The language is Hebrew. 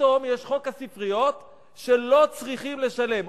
פתאום יש חוק הספריות שלא צריכים לשלם.